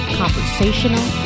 conversational